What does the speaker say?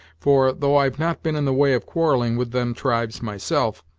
for, though i've not been in the way of quarreling with them tribes myself,